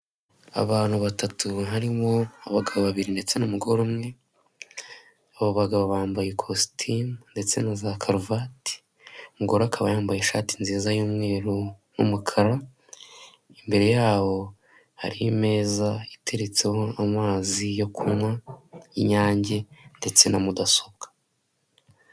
Abantu batatu, harimo abagabo babiri ndetse n'umugore umwe, abo bagabo bambaye ikositimu ndetse na za karuvati, umugore akaba yambaye ishati nziza y'umweru n'umukara. Imbere yabo hari ame iteretseho amazi yo kunywa inyange ndetse na mudasobwa.